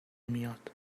میاد